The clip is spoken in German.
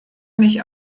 mich